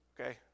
Okay